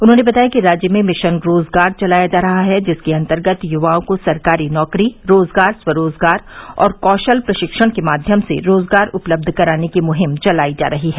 उन्होंने बताया कि राज्य में मिशन रोजगार चलाया जा रहा है जिसके अन्तर्गत युवाओं को सरकारी नौकरी रोजगार स्वरोजगार और कौशल प्रशिक्षण के माध्यम से रोजगार उपलब्ध कराने की मुहिम चलाई जा रही है